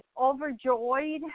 overjoyed